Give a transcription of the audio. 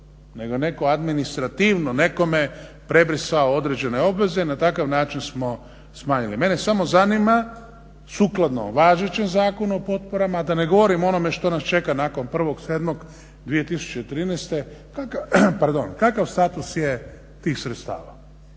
Nego netko administrativno nekome prebrisao određene obveze na takav način smo smanjili. Mene samo zanima sukladno važećem Zakonu o potporama da ne govorim o onome što nas čeka nakon 1.7.2013. kakav status je tih sredstava